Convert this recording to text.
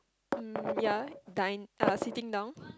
um ya dine uh sitting down